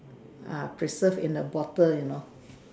ah preserved in a bottle you know